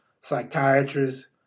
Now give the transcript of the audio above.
psychiatrists